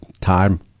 time